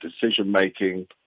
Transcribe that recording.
decision-making